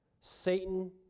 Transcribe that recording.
Satan